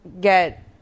get